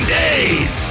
days